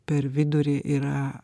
per vidurį yra